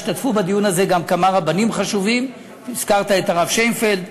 השתתפו בדיון הזה גם כמה רבנים חשובים: הזכרת את הרב שיינפלד,